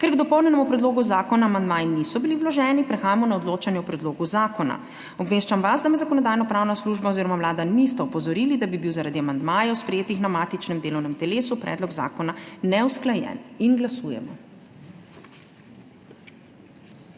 Ker k dopolnjenemu predlogu zakona amandmaji niso bili vloženi, prehajamo na odločanje o predlogu zakona. Obveščam vas, da me Zakonodajno-pravna služba oziroma Vlada nista opozorili, da bi bil zaradi amandmajev, sprejetih na matičnem delovnem telesu, predlog zakona neusklajen. Glasujemo.